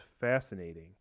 fascinating